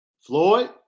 floyd